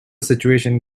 situation